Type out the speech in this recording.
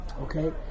Okay